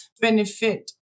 benefit